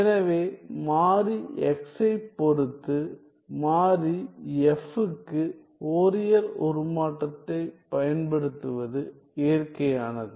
எனவே மாறி x ஐப் பொறுத்து மாறி f க்கு ஃபோரியர் உருமாற்றத்தைப் பயன்படுத்துவது இயற்கையானது